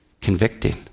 convicting